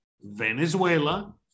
venezuela